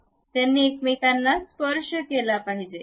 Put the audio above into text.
त्यांनी एकमेकांना स्पर्श केला पाहिजे